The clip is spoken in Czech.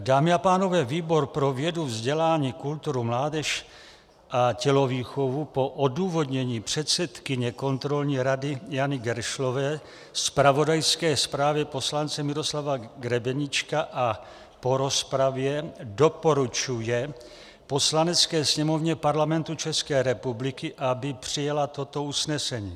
Dámy a pánové, výbor pro vědu, vzdělání, kulturu, mládež a tělovýchovu po odůvodnění předsedkyně kontrolní rady Jany Geršlové, zpravodajské zprávě poslance Miroslava Grebeníčka a po rozpravě doporučuje Poslanecké sněmovně Parlamentu ČR, aby přijala toto usnesení: